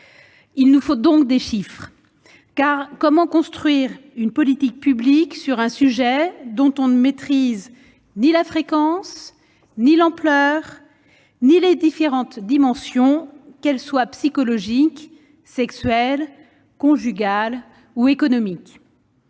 Il nous faut donc des chiffres, car comment construire une politique publique sur un sujet dont on ne maîtrise ni la fréquence, ni l'ampleur, ni les différentes dimensions, qu'elles soient psychologiques, sexuelles, conjugales ou économiques ?